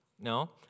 No